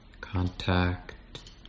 contact